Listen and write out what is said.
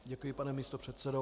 Děkuji, pane místopředsedo.